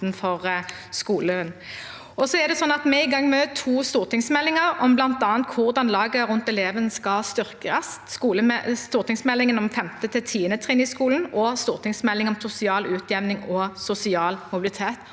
Vi er i gang med to stortingsmeldinger, bl.a. om hvordan laget rundt elevene skal styrkes. Det er stortingsmeldingen om 5. til 10. trinn i skolen og stortingsmeldingen om sosial utjevning og sosial mobilitet.